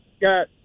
got